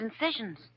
incisions